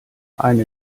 eine